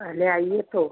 पहले आइए तो